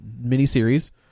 mini-series